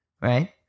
right